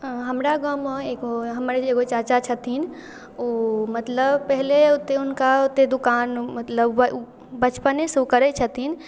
अँ हमरा गाममे एगो हमर जे एगो चाचा छथिन ओ मतलब पहले ओतऽ हुनका ओतऽ दोकान मतलब बचपनेसँ ओ करै छथिन